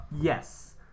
Yes